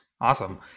Awesome